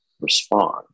respond